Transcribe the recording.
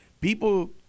People